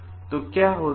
तो उसके बाद क्या होता है